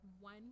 one